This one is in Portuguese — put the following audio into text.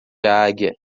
águia